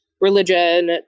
religion